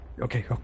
Okay